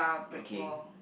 okay